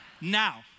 now